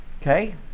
Okay